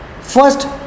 first